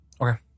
Okay